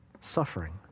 suffering